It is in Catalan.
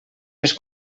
les